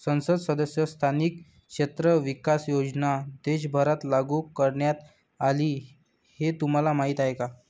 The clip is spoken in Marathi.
संसद सदस्य स्थानिक क्षेत्र विकास योजना देशभरात लागू करण्यात आली हे तुम्हाला माहीत आहे का?